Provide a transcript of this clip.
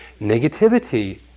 negativity